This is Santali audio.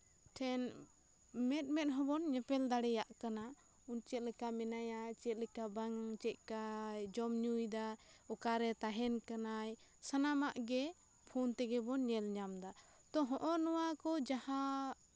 ᱴᱷᱮᱱ ᱢᱮᱫ ᱢᱮᱫ ᱦᱚᱸᱵᱚᱱ ᱧᱮᱯᱮᱞ ᱫᱟᱲᱮᱭᱟᱜ ᱠᱟᱱᱟ ᱪᱮᱫ ᱞᱮᱠᱟ ᱢᱮᱱᱟᱭᱟ ᱪᱮᱫ ᱞᱮᱠᱟ ᱵᱟᱝ ᱪᱮᱫ ᱠᱟᱭ ᱡᱚᱢ ᱧᱩ ᱭᱮᱫᱟ ᱚᱠᱟᱨᱮ ᱛᱟᱦᱮᱱ ᱠᱟᱱᱟᱭ ᱥᱟᱱᱟᱢᱟᱜ ᱜᱮ ᱯᱷᱳᱱ ᱛᱮᱜᱮ ᱵᱚᱱ ᱧᱮᱞ ᱧᱟᱢ ᱫᱟ ᱛᱚ ᱱᱚᱜᱼᱚᱭ ᱱᱚᱣᱟ ᱠᱚ ᱡᱟᱦᱟᱸ